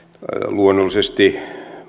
luonnollisesti